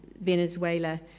Venezuela